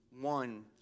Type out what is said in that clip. one